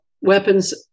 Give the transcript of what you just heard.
weapons